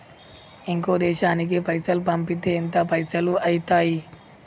ఇంకో దేశానికి పైసల్ పంపితే ఎంత పైసలు అయితయి?